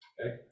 Okay